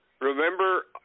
remember